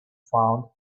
found